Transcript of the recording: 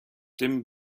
dim